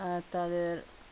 তাদের